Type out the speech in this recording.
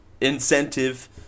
incentive